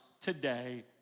today